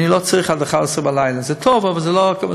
אני לא צריך עד 23:00. זה טוב, אבל זו לא המגמה.